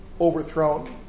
overthrown